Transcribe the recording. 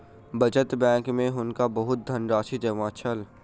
बचत बैंक में हुनका बहुत धनराशि जमा छल